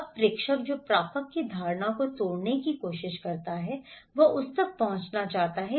अब प्रेषक जो प्रापक की धारणाओं को तोड़ने की कोशिश करता है वह उस तक पहुंचना चाहता है